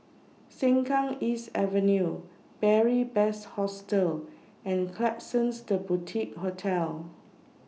Sengkang East Avenue Beary Best Hostel and Klapsons The Boutique Hotel